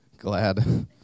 glad